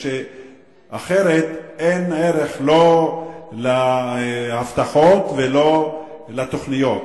אחרת אין ערך לא להבטחות ולא לתוכניות.